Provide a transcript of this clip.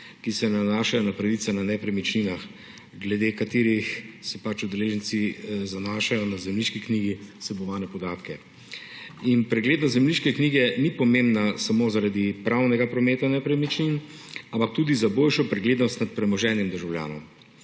ki se nanašajo na pravice na nepremičninah, glede katerih se udeleženci zanašajo na v zemljiški knjigi vsebovane podatke. Preglednost zemljiške knjige ni pomembna samo zaradi pravnega prometa nepremičnin, ampak tudi za boljšo preglednost nad premoženjem državljanov.